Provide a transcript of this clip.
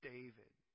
David